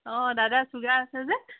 অ' দাদাৰ ছুগাৰ আছে যে